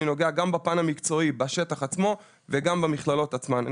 אני נוגע גם בפן המקצועי בשטח עצמו ובמכללות עצמן.